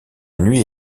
nuit